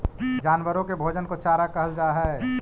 जानवरों के भोजन को चारा कहल जा हई